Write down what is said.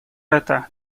это